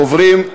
אנחנו עוברים,